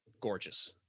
gorgeous